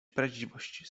prawdziwość